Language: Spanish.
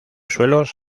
suelos